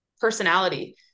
personality